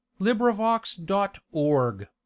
LibriVox.org